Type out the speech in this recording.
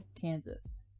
Kansas